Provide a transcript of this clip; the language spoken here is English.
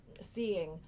seeing